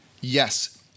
yes